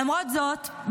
למרות זאת,